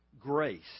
grace